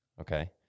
Okay